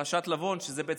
שזה בעצם ה-פרשה.